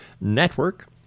Network